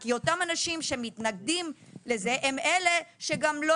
כי אותם אנשים שמתנגדים לזה הם אלה שגם לא